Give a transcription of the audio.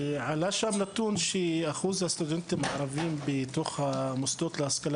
עלה שם נתון ששיעור הסטודנטים הערבים במוסדות להשכלה